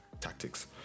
tactics